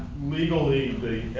legally